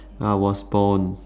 I was born